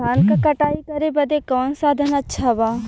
धान क कटाई करे बदे कवन साधन अच्छा बा?